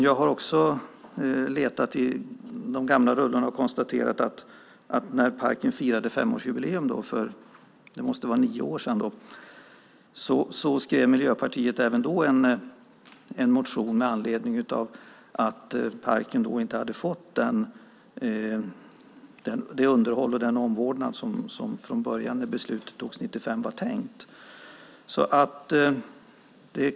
Jag har också letat i de gamla rullorna och konstaterat att när parken firade femårsjubileum för nio år sedan väckte Miljöpartiet även då en motion med anledning av att parken då inte hade fått det underhåll och den omvårdnad som var tänkt från början när beslutet fattades 1995.